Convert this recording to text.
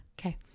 okay